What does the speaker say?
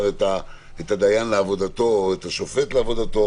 את הדיין לעבודתו או את השופט לעבודתו.